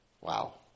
Wow